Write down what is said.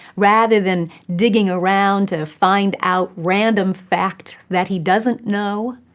rather than digging around to find out random facts that he doesn't know?